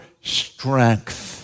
strength